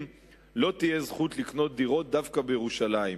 לא תהיה זכות לקנות דירות דווקא בירושלים.